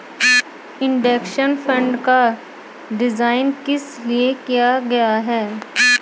Index fund का design किस लिए किया गया है?